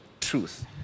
truth